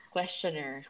Questioner